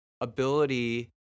ability